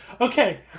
okay